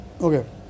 okay